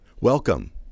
Welcome